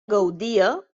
gaudia